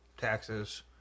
taxes